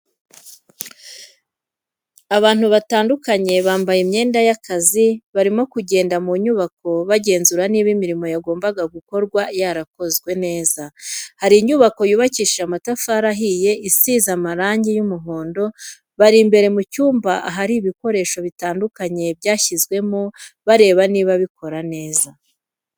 Abantu batandukanye bambaye imyenda y'akazi barimo kugenda mu nyubako bagenzura niba imirimo yagombaga gukorwa yarakozwe neza, hari inyubako yubakishije amatafari ahiye isize amarangi y'umuhondo, bari imbere mu cyumba ahari ibikoresho bitandukanye byashyizwemo barareba niba bikora neza.